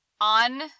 on